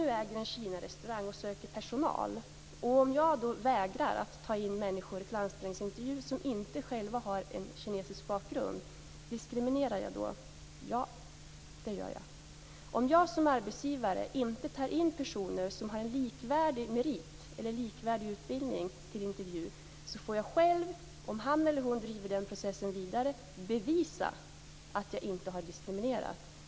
Om jag äger en Kinarestaurang och söker personal och vägrar kalla människor som inte har kinesisk bakgrund till anställningsintervju, diskriminerar jag då? Ja, det gör jag. Om jag som arbetsgivare inte kallar personer till anställningsintervju som har en likvärdig merit eller likvärdig utbildning måste jag, om han eller hon driver processen vidare, bevisa att jag inte har diskriminerat.